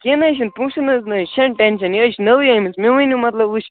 کیٚنٛہہ نہَ حظ چھُنہٕ پۅنٛسن حظ نہَ چھَنہٕ ٹٮ۪نشَن یہِ حظ چھِ نٔوٕے أنۍمٕژ مےٚ ؤنِو مطلب وُچھ